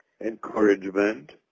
encouragement